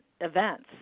events